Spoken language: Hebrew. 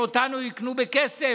שאותנו יקנו בכסף,